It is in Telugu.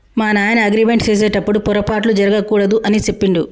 మా నాయన అగ్రిమెంట్ సేసెటప్పుడు పోరపాట్లు జరగకూడదు అని సెప్పిండు